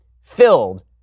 filled